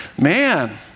Man